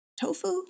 tofu